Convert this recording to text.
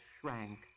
shrank